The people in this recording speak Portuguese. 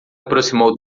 aproximou